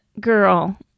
Girl